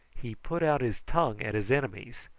he put out his tongue at his enemies,